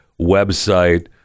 website